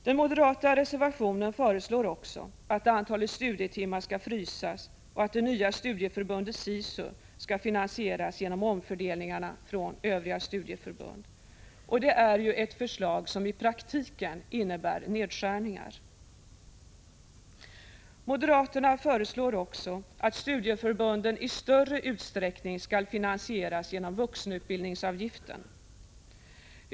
Den moderata reservationen föreslår också att antalet studietimmar skall frysas och att det nya studieförbundet SISU skall finansieras genom omfördelningar från övriga studieförbund. Det är ju ett förslag som i praktiken innebär nedskärningar. Moderaterna föreslår också att studieförbunden i större utsträckning skall finansieras genom vuxenutbildningsavgiften.